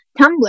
tumblr